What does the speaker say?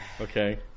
Okay